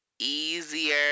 easier